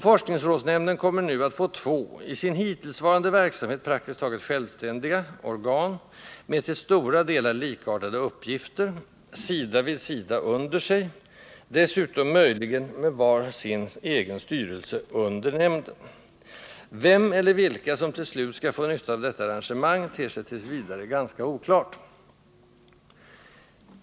Forskningsrådsnämnden kommer nu att få två — i sin hittillsvarande verksamhet praktiskt taget självständiga — organ med till stora delar likartade uppgifter, sida vid sida under sig, dessutom möjligen med var sin egen styrelse under nämnden. Vem eller vilka som till slut skall få nytta av detta arrangemang ter sig t. v. ganska oklart.